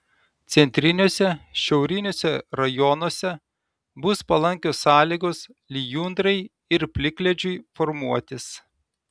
centriniuose šiauriniuose rajonuose bus palankios sąlygos lijundrai ir plikledžiui formuotis